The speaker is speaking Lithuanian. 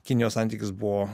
kinijos santykis buvo